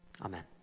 Amen